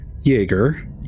Jaeger